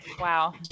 Wow